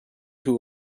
who